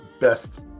best